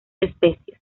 especies